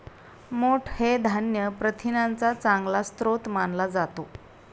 मोठ हे धान्य प्रथिनांचा चांगला स्रोत मानला जातो